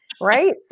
Right